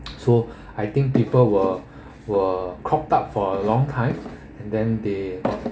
so I think people were were cropped up for a long time and then they